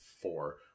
four